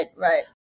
Right